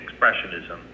expressionism